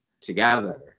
together